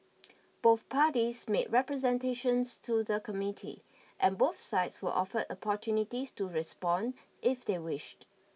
both parties made representations to the Committee and both sides were offered opportunities to respond if they wished